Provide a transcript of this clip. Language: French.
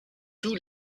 tout